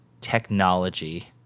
technology